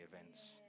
events